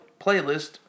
playlist